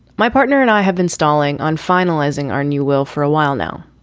my partner and i have been stalling on finalizing our new will for a while now.